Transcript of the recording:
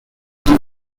found